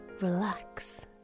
relax